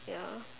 ya